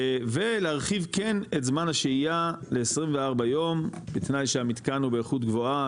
ולהרחיב כן את זמן השהייה ל-24 יום בתנאי שהמתקן הוא באיכות גבוהה,